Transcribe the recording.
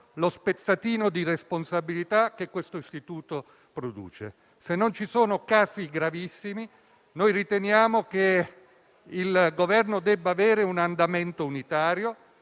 lo spezzatino di responsabilità che questo istituto produce. Se non ci sono casi gravissimi, riteniamo che il Governo debba avere un andamento unitario